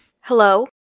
Hello